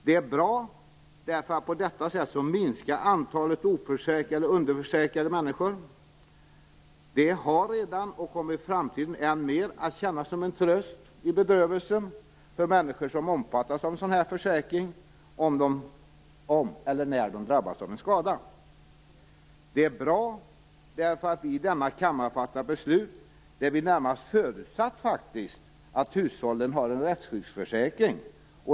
Det är bra, därför att på detta sätt minskar antalet oförsäkrade och underförsäkrade människor. Det har redan, och kommer i framtiden än mer, att kännas som en tröst i bedrövelsen för människor som omfattas av en sådan här försäkring om eller när de drabbas av en skada. Det är bra, därför att vi i denna kammare fattar beslut där vi närmast förutsätter att hushållen har en rättsskyddsförsäkring.